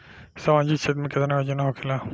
सामाजिक क्षेत्र में केतना योजना होखेला?